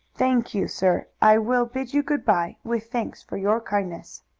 thank you, sir. i will bid you good-by, with thanks for your kindness.